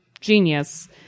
genius